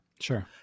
sure